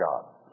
God